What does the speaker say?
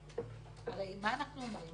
הרי מה אנחנו אומרים?